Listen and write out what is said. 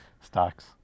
Stocks